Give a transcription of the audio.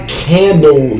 candle